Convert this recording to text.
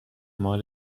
مال